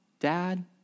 Dad